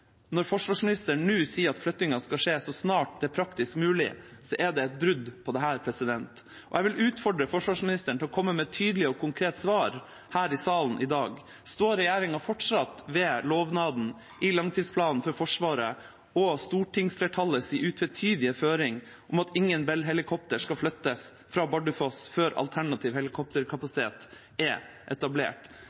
Når forsvarsministeren nå sier at flyttingen skal skje så snart det er praktisk mulig, er det et brudd på dette. Jeg vil utfordre forsvarsministeren til å komme med et tydelig og konkret svar her i salen i dag: Står regjeringa fortsatt ved lovnaden i langtidsplanen for Forsvaret og stortingsflertallets utvetydige føring om at ingen Bell-helikopter skal flyttes fra Bardufoss før alternativ helikopterkapasitet er etablert?